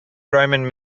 roman